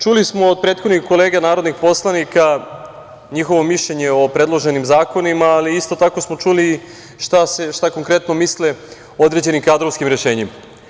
Čuli smo od prethodnih kolega narodnih poslanika njihovo mišljenje o predloženim zakonima, ali isto tako smo čuli i šta konkretno misle određenim kadrovskim rešenjima.